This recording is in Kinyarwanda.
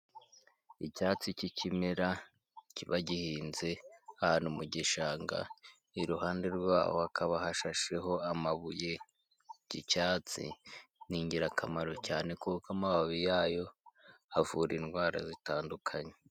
Icyatsi cy'ikimera kiba gihinze ahantu mu gishanga, iruhande rwaho hakaba hashasheho amabuye, iki cyatsi ni ingirakamaro cyane kuko amababi yacyo avura indwara zitandukanye.